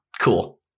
cool